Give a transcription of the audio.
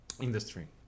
industry